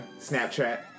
Snapchat